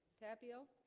tapio